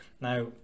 Now